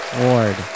Ward